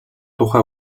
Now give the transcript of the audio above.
тухай